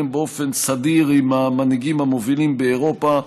באופן סדיר עם המנהיגים המובילים באירופה.